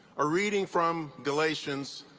a reading from galatians,